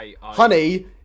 Honey